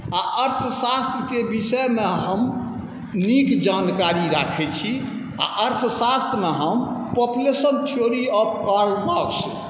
आओर अर्थशास्त्रके विषयमे हम नीक जानकारी राखै छी आओर अर्थशास्त्रमे हम population theory of Karl marks